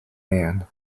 man